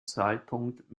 zeitpunkt